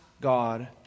God